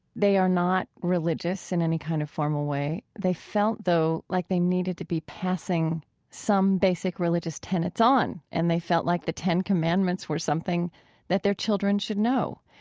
they are not religious in any kind of formal way. they felt, though, like they needed to be passing some basic religious tenets on, and they felt like the ten commandments were something that their children should know.